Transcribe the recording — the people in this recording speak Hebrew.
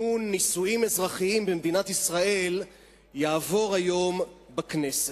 נישואים אזרחיים במדינת ישראל יעבור היום בכנסת.